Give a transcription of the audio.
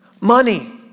Money